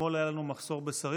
אתמול היה לנו מחסור בשרים,